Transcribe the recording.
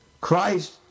Christ